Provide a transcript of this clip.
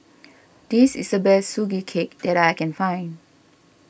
this is the best Sugee Cake that I can find